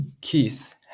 Keith